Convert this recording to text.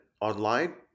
online